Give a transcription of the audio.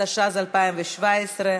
התשע"ז 2017,